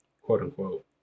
quote-unquote